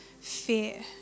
fear